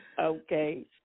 Okay